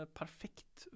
perfekt